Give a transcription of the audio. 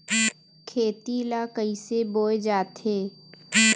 खेती ला कइसे बोय जाथे?